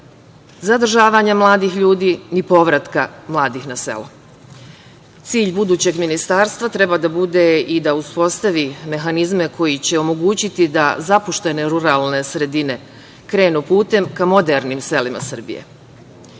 zadržavanja mladih ljudi i povratka mladih na selo. Cilj budućeg ministarstva treba da bude i da uspostavi mehanizme koji će omogućiti da zapuštene ruralne sredine krenu putem ka modernim selima Srbije.